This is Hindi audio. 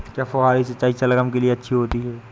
क्या फुहारी सिंचाई शलगम के लिए अच्छी होती है?